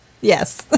yes